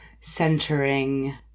centering